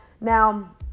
Now